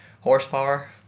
Horsepower